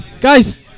Guys